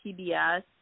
PBS